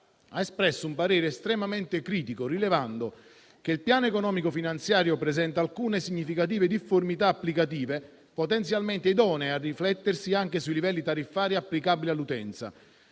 ha espresso un parere estremamente critico, rilevando che «il Piano economico-finanziario (...) presenta alcune significative difformità applicative (...) potenzialmente idonee a riflettersi anche sui livelli tariffari applicabili all'utenza»